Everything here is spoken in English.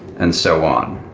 and so on.